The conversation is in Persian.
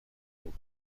دروغه